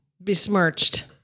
besmirched